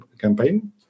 campaign